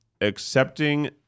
accepting